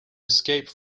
escape